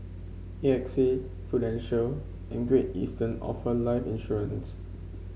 A X A Prudential and Great Eastern offer life insurance